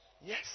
Yes